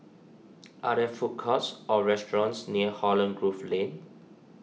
are there food courts or restaurants near Holland Grove Lane